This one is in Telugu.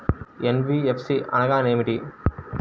ఎన్.బీ.ఎఫ్.సి అనగా ఏమిటీ?